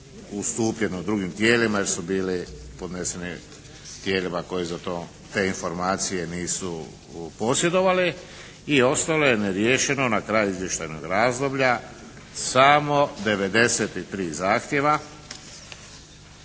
ustupljeno drugim tijelima jer su bili podneseni tijelima koji te informacije nisu posjedovali i ostalo je neriješeno na kraju izvještajnog razdoblja samo 93 zahtjeva,